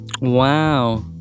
wow